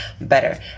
better